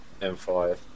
M5